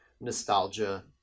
nostalgia